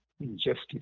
injustice